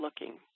looking